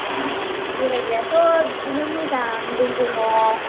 बेरायग्रायाथ' बिदिनो मोजां दै दङ